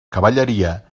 cavalleria